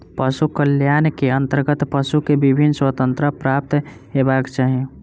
पशु कल्याण के अंतर्गत पशु के विभिन्न स्वतंत्रता प्राप्त हेबाक चाही